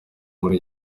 muri